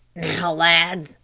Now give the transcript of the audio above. lads,